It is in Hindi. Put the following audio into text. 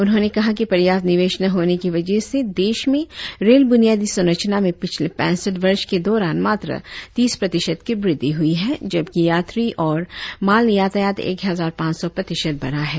उन्होंने कहा कि पर्याप्त निवेश न होने की वजह से देश में रेल बुनियादी संरचना में पिछले पैसठ पर्ष के दौरान मात्र तीस प्रतिशत की वृद्धि हुई है जबकि यात्री और माल यातायात एक हजार पांच सौ प्रतिशत बढ़ा है